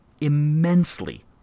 immensely